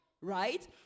right